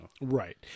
Right